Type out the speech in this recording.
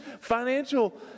financial